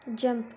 jump